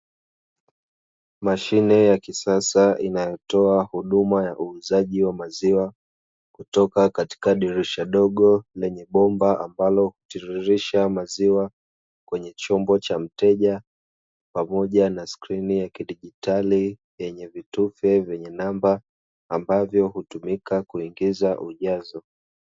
.Mashine ya kisasa inayotoa huduma ya uuzaji wa maziwa, kutoka katika dirisha dogo lenye bomba ambalo huchururisha maziwa kwenye chombo cha mteja, pamoja na skrini ya kidigitali yenye vitufe vyenye namba ambavyo hutumika kuingiza ujazo.